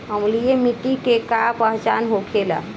अम्लीय मिट्टी के का पहचान होखेला?